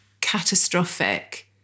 catastrophic